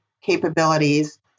capabilities